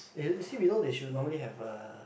if you see below the shoe normally have a